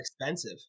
expensive